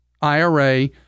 IRA